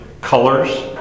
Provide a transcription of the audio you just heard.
colors